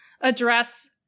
address